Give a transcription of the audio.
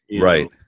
right